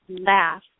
laugh